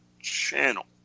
channel